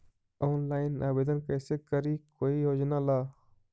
Online आवेदन कैसे करी कोई योजना ला?